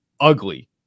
ugly